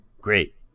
Great